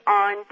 on